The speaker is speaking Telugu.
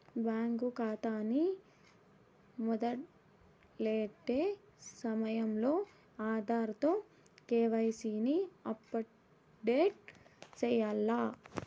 బ్యేంకు కాతాని మొదలెట్టే సమయంలో ఆధార్ తో కేవైసీని అప్పుడేటు సెయ్యాల్ల